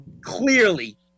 clearly